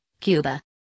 Cuba